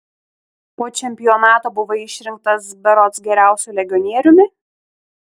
po čempionato buvai išrinktas berods geriausiu legionieriumi